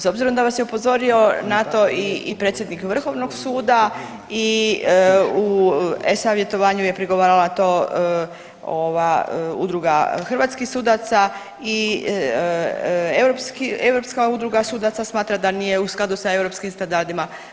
S obzirom da vas je upozorio na to i predsjednik vrhovnog suda i u e-savjetovanju je prigovarala to ova Udruga hrvatskih sudaca i Europska udruga sudaca smatra da nije u skladu sa europskim standardima.